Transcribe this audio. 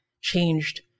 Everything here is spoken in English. changed